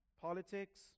politics